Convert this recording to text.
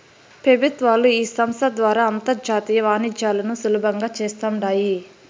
పెబుత్వాలు ఈ సంస్త ద్వారా అంతర్జాతీయ వాణిజ్యాలను సులబంగా చేస్తాండాయి